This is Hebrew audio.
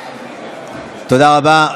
תודה רבה.